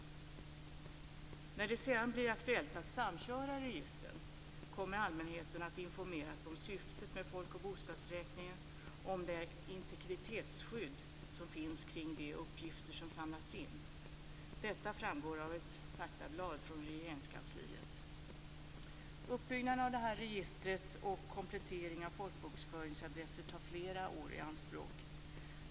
När det sedan blir aktuellt att samköra registren kommer allmänheten att informeras om syftet med folk och bostadsräkningen och om det integritetsskydd som finns kring de uppgifter som samlats in. Detta framgår av ett faktablad från Regeringskansliet. Uppbyggnaden av det här registret och kompletteringen av folkbokföringsadresser tar flera år i anspråk.